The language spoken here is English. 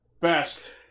Best